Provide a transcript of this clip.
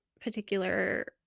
particular